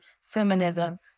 feminism